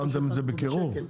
שמתם את זה בקירור?